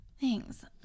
thanks